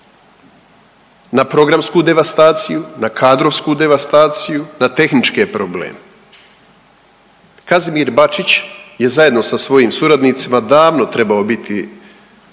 na programsku devastaciju, na kadrovsku devastaciju, na tehničke probleme. Kazimir Bačić je zajedno sa svojim suradnicima davno trebao biti